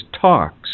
talks